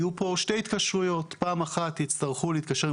יהיו פה שתי התקשרויות: פעם אחת יצטרכו להתקשר עם